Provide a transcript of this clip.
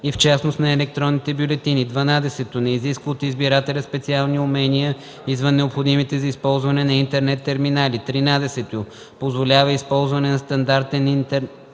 и в частност на електронните бюлетини; 12. не изисква от избирателя специални умения извън необходимите за използване на интернет терминали; 13. позволява използване на стандартни интернет